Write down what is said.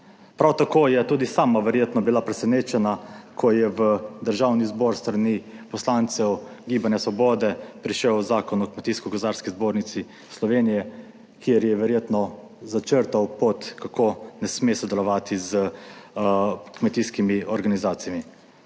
Prav tako je tudi sama verjetno bila presenečena, ko je v Državni zbor s strani poslancev Gibanja svobode prišel Zakon o Kmetijsko gozdarski zbornici Slovenije, kjer je verjetno začrtal pot kako ne sme sodelovati s kmetijskimi organizacijami.